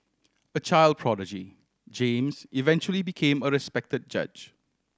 a child prodigy James eventually became a respect judge